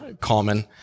common